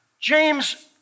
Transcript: James